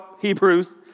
Hebrews